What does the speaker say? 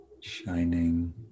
shining